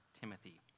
Timothy